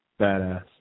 badass